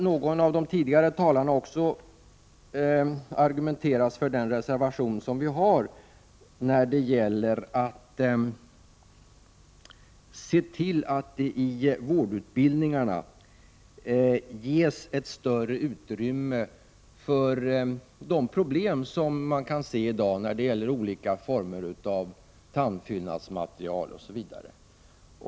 Någon av talarna har tidigare argumenterat för den reservation som gäller att se till att det i vårdutbildningarna ges ett större utrymme för de problem som i dag finns med olika former av tandfyllnadsmaterial osv.